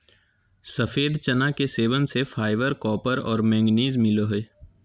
सफ़ेद चना के सेवन से फाइबर, कॉपर और मैंगनीज मिलो हइ